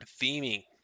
theming